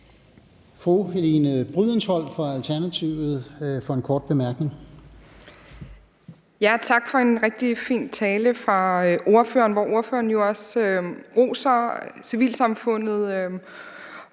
Fru Helene Brydensholt fra Alternativet for en kort bemærkning. Kl. 14:25 Helene Brydensholt (ALT): Tak for en rigtig fin tale fra ordførerne, hvor ordføreren jo også roser civilsamfundet,